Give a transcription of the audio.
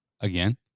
Again